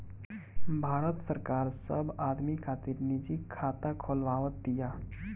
भारत सरकार सब आदमी खातिर निजी खाता खोलवाव तिया